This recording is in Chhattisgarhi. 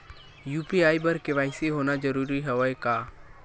यू.पी.आई बर के.वाई.सी होना जरूरी हवय का?